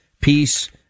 peace